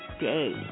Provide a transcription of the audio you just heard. day